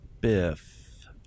Biff